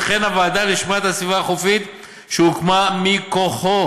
וכן הוועדה לשמירה על הסביבה החופית שהוקמה מכוחו.